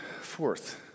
fourth